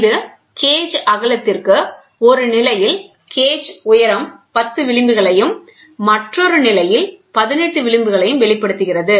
இது கேஜ் அகலத்திற்கு ஒரு நிலையில் கேஜ் உயரம் 10 விளிம்புகளையும் மற்றொரு நிலையில் 18 விளிம்புகளையும் வெளிப்படுத்துகிறது